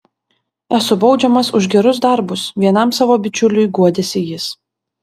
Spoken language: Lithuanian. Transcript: esu baudžiamas už gerus darbus vienam savo bičiuliui guodėsi jis